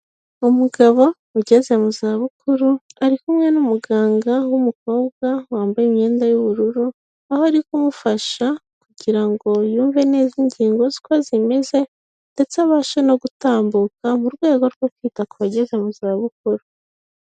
Umugabo ugeze mu za bukuru ari kumwe n'umuganga w'umukobwa wambaye imyenda y'ubururu, aho ari kumufasha kugira ngo yumve neza ingingo ze uko zimeze, ndetse abashe no gutambuka mu rwego rwo kwita ku bageze mu za bukuru.